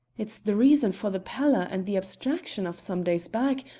it's the reason for the pallour and the abstraction of some days back,